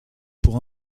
pour